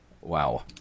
Wow